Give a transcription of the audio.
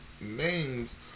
names